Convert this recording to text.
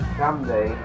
someday